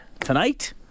tonight